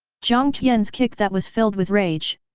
jiang tian's kick that was filled with rage,